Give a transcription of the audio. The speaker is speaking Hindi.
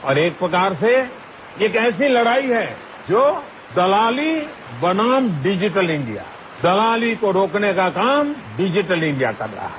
हर एक प्रकार से एक ऐसी लड़ाई है जो दलाली बनाम डिजीटल इंडिया दलाली को रोकने का काम डिजिटल इंडिया कर रहा है